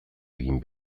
egin